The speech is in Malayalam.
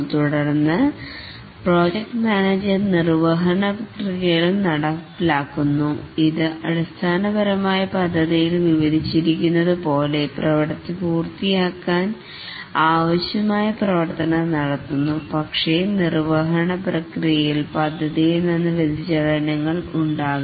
തുടർന്ന് പ്രോജക്റ്റ് മാനേജർ നിർവഹണ പ്രക്രിയകൾ നടപ്പിലാക്കുന്നു ഇത് അടിസ്ഥാനപരമായി പദ്ധതിയിൽ വിവരിച്ചിരിക്കുന്നത് പോലെ പ്രവർത്തി പൂർത്തിയാക്കാൻ ആവശ്യമായ പ്രവർത്തനം നടത്തുന്നു പക്ഷേ നിർവഹണ പ്രക്രിയയിൽ പദ്ധതിയിൽനിന്ന് വ്യതിചലനങ്ങൾ ഉണ്ടാകാം